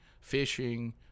fishing